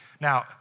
Now